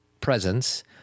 presence